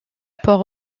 port